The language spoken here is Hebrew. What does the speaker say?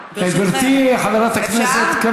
גברתי, חברת הכנסת, אפשר?